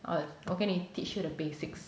我可以 teach you the basics